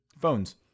Phones